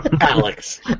Alex